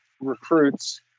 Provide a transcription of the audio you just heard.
recruits